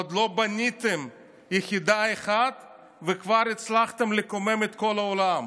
עוד לא בניתם יחידה אחת וכבר הצלחתם לקומם את כל העולם.